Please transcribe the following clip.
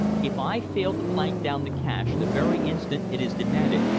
if i fail to plank down the cash the very instant it is demanded,